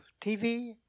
TV